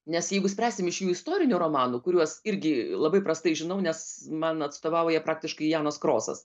nes jeigu spręsim iš jų istorinių romanų kuriuos irgi labai prastai žinau nes man atstovauja praktiškai janas krosas